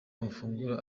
mafunguro